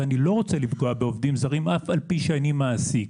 ואני לא רוצה לפגוע בעובדים זרים אף על פי שאני מעסיק,